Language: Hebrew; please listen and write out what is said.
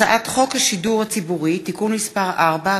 הצעת חוק השידור הציבורי (תיקון מס' 4),